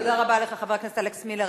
תודה רבה לחבר הכנסת אלכס מילר.